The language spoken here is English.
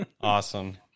Awesome